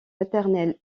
maternelle